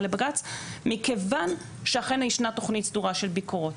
לבג"צ מכיוון שאכן ישנה תכנית סדורה של ביקורות.